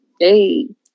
Hey